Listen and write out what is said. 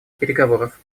переговоров